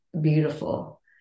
beautiful